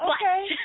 Okay